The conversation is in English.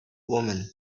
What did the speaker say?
woman